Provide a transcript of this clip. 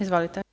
Izvolite.